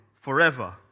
forever